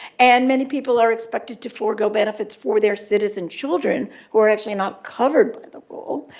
and many people are expected to forego benefits for their citizen children who are actually not covered by the rule.